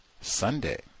sunday